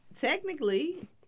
Technically